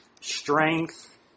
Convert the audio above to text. Strength